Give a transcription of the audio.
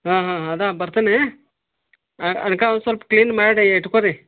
ಹಾಂ ಹಾಂ ಅದು ಬರ್ತೆನೆ ಅದಕ್ಕ ಒಂದು ಸಲ್ಪ ಕ್ಲೀನ್ ಮಾಡಿ ಇಟ್ಕೋ ರೀ